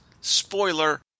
Spoiler